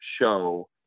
show